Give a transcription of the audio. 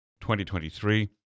2023